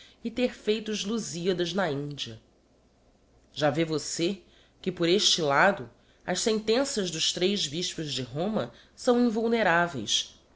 e ter feito os lusiadas na india já vê vossê que por este lado as sentenças dos tres bispos de roma são invulneraveis